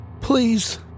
Please